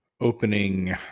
opening